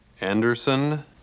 Anderson